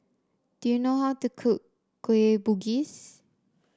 do you know how to cook Kueh Bugis